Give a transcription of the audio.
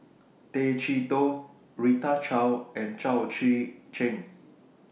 Tay Chee Toh Rita Chao and Chao Tzee Cheng